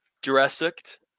Jurassic